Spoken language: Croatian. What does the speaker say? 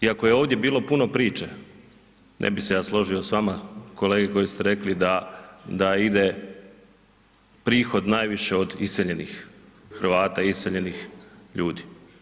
Iako je ovdje bilo puno priče, ne bih se ja složio s vama kolege koji ste rekli da ide prihod najviše od iseljenih Hrvata, iseljenih ljudi.